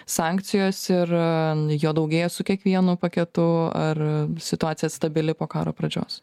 sankcijos ir jo daugėja su kiekvienu paketu ar situacija stabili po karo pradžios